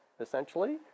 essentially